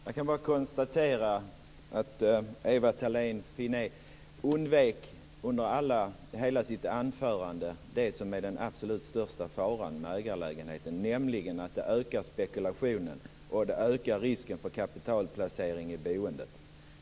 Fru talman! Jag kan bara konstatera att Ewa Thalén Finné under hela sitt anförande undvek det som är den absolut största faran med ägarlägenheter, nämligen att det ökar spekulationen och risken för kapitalplacering i boendet.